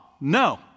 No